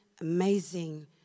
amazing